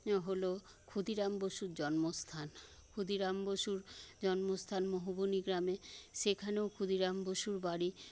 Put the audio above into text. হল ক্ষুদিরাম বসুর জন্মস্থান ক্ষুদিরাম বসুর জন্মস্থান মহুবনি গ্রামে সেখানেও ক্ষুদিরাম বসুর বাড়ি